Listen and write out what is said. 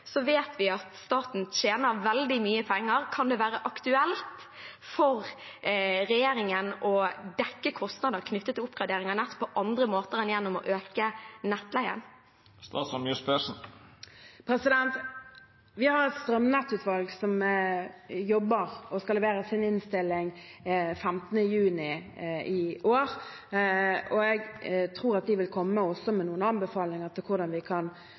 vet vi at staten tjener veldig mye penger. Kan det være aktuelt for regjeringen å dekke kostnader knyttet til oppgradering av nett på andre måter enn gjennom å øke nettleien? Vi har et strømnettutvalg som jobber og skal levere sin innstilling 15. juni i år. Jeg tror at de også vil komme med noen anbefalinger til hvordan vi kan